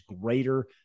greater